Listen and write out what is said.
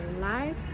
life